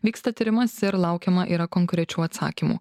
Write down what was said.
vyksta tyrimas ir laukiama yra konkrečių atsakymų